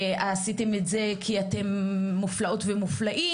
עשיתם את זה כי אתם מופלאות ומופלאים.